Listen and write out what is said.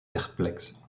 perplexe